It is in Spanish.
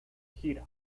gira